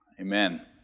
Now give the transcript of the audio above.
Amen